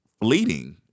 fleeting